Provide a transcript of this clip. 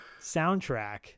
soundtrack